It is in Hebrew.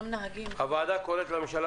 הוועדה קוראת לממשלה